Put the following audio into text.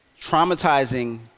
traumatizing